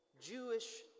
Jewish